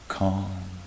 calm